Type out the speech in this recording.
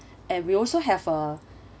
and we also have a